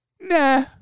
nah